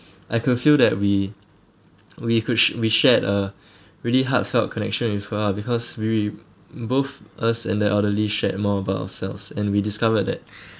I could feel that we we could sh~ we shared a really heartfelt connection with her ah because we both us and the elderly shared more about ourselves and we discovered that